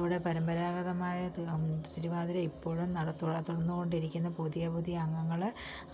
ഇവിടെ പരമ്പരാഗതമായത് തിരുവാതിര ഇപ്പോഴും നടത്തുന്ന തുടർന്നു കൊണ്ടിരിക്കുന്ന പുതിയ പുതിയ അംഗങ്ങള്